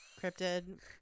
cryptid